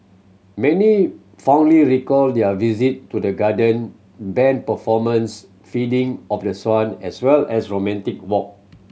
many fondly recalled their visit to the garden band performance feeding of the swan as well as romantic walk